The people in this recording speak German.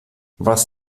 was